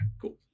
cool